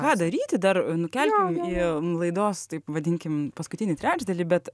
ką daryti dar nukelkim į laidos taip vadinkim paskutinį trečdalį bet